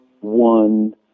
one